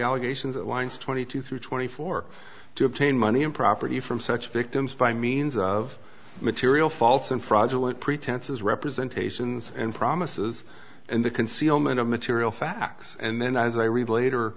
allegations that winds twenty two through twenty four to obtain money in property from such victims by means of material false and fraudulent pretenses representation and promises and the concealment of material facts and then as i read later